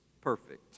perfect